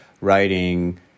writing